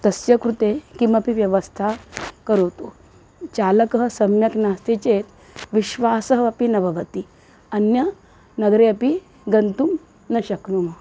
तस्य कृते किमपि व्यवस्था करोतु चालकः सम्यक् नास्ति चेत् विश्वासः अपि न भवति अन्यनगरे अपि गन्तुं न शक्नुमः